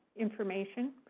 information.